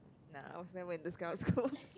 nah I also never went to scouts school